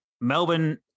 Melbourne